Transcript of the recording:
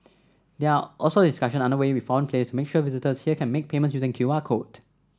there are also discussion under way with foreign players to make sure visitors here can make payments using Q R code